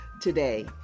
Today